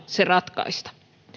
se halutaan ratkaista